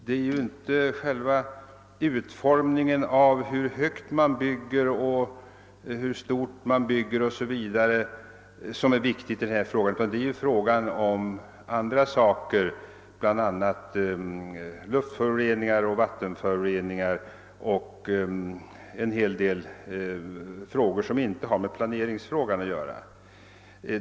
Det är inte utformningen — hur högt eller hur stort man bygger — som är viktig, utan frågan gäller andra saker — luftföroreningar, vattenföroreningar och en hel del andra sådana ting som inte har med stadsplanen att göra.